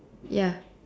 ya